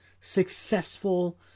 successful